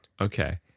okay